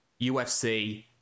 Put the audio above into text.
UFC